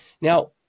Now